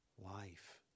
life